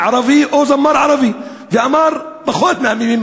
ערבי או זמר ערבי שאמר פחות מהמילים,